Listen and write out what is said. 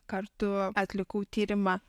kartu atlikau tyrimą